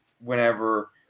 Whenever